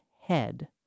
head